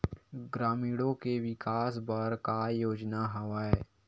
ग्रामीणों के विकास बर का योजना हवय?